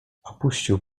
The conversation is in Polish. opuścił